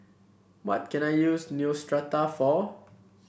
what can I use Neostrata for